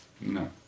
No